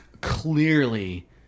clearly